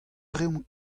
reomp